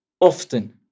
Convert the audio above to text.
Often